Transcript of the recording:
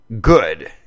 good